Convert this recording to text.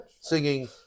singing